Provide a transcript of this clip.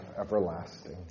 everlasting